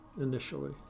initially